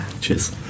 cheers